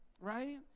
right